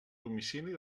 domicili